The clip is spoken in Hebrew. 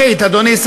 לציבור.